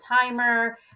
timer